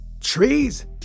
trees